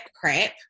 crap